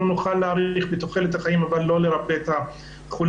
מנסים להאריך את תחולת החיים אבל לא לרפא את החולים.